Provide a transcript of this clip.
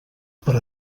per